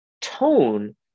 tone